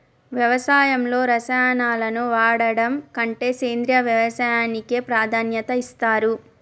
వ్యవసాయంలో రసాయనాలను వాడడం కంటే సేంద్రియ వ్యవసాయానికే ప్రాధాన్యత ఇస్తరు